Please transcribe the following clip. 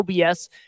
OBS